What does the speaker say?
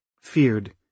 feared